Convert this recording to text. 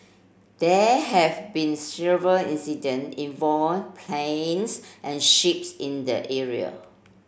there have been several incident involve planes and ships in the area